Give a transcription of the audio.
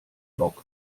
bock